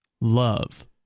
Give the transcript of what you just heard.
love